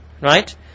Right